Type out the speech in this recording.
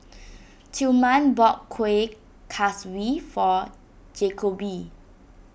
Tilman bought Kuih Kaswi for Jakobe